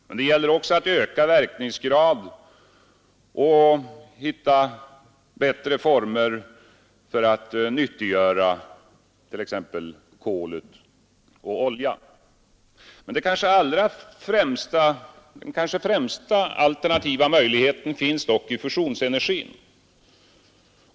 Men det gäller också att öka verkningsgraden av och hitta bättre former för att utnyttja t.ex. kolet och oljan. Den kanske främsta alternativa möjligheten finns dock i fusionsenergin.